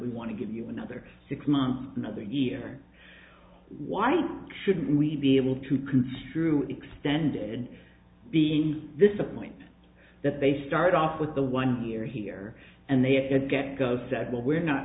we want to give you another six months another year why shouldn't we be able to construe it extended be this a point that they start off with the one year here and they get go said well we're not